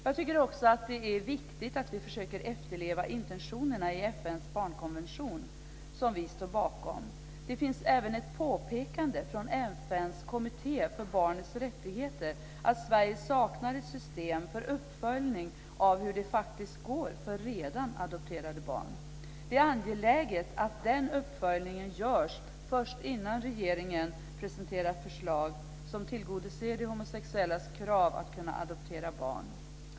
Jag tycker också att det är viktigt att vi försöker efterleva intentionerna i FN:s barnkonvention, som vi står bakom. Det finns även ett påpekande från FN:s kommitté för barnets rättigheter att Sverige saknar ett system för uppföljning av hur det faktiskt går för redan adopterade barn. Det är angeläget att den uppföljningen görs först innan regeringen presenterar förslag som tillgodoser de homosexuellas krav att kunna adoptera barn.